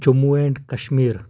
Jammu and Kashmir